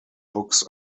books